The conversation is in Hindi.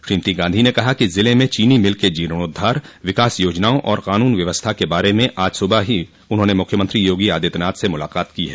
श्रीमती गांधी ने कहा कि ज़िले में चीनी मिल के जीर्णोद्धार विकास योजनाओं और कानून व्यवस्था के बारे में आज सुबह ही उन्होंने मुख्यमंत्री योगी आदित्यनाथ से मुलाकात की है